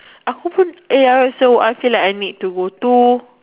aku pun eh ya so I feel like I need to go to